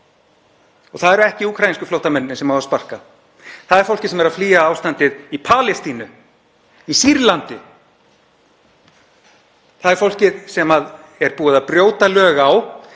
Það eru ekki úkraínsku flóttamennirnir sem á að sparka. Það er fólkið sem er að flýja ástandið í Palestínu, í Sýrlandi. Það er fólkið sem er búið að brjóta lög á